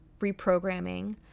reprogramming